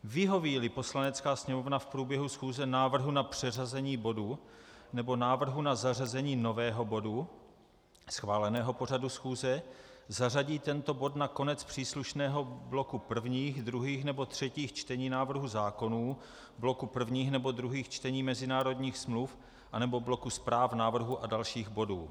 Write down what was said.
Vyhovíli Poslanecká sněmovna v průběhu schůze návrhu na přeřazení bodu nebo návrhu na zařazení nového bodu schváleného pořadu schůze, zařadí tento bod na konec příslušného bloku prvních, druhých nebo třetích čtení návrhů zákonů, bloku prvních nebo druhých čtení mezinárodních smluv anebo bloku zpráv, návrhů a dalších bodů.